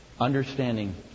understanding